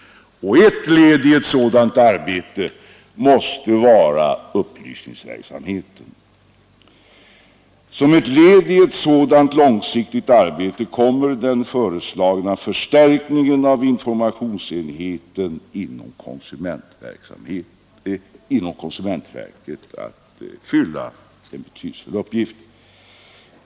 Ett led i ett sådant arbete måste vara upplysningsverksamheten. I ett sådant långsiktigt arbete kommer den föreslagna förstärkningen av informationsenheten inom konsumentverket att fylla sin betydelsefulla uppgift.